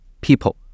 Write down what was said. people